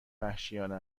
وحشیانه